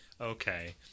Okay